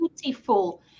beautiful